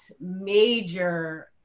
major